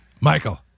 Michael